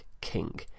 king